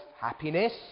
happiness